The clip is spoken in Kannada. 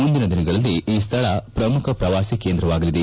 ಮುಂದಿನ ದಿನಗಳಲ್ಲಿ ಈ ಸ್ನಳ ಪ್ರಮುಖ ಪ್ರವಾಸಿ ಕೇಂದ್ರವಾಗಲಿದೆ